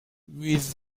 with